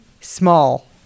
small